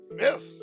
Yes